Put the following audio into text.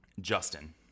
Justin